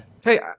Hey